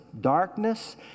darkness